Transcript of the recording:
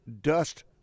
dust